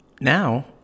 Now